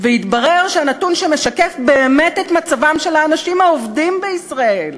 והתברר שהנתון שמשקף באמת את מצבם של האנשים העובדים בישראל,